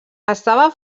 estava